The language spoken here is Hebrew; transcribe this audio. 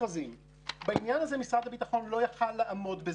לזה הגענו.